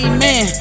Amen